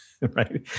right